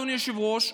אדוני היושב-ראש,